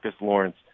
Lawrence